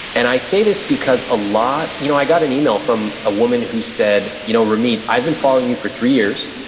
and i say this because a lot, you know i got an email from a woman who said, you know, ramit, i've been following you for three years,